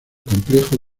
complejo